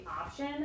option